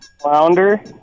Flounder